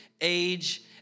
age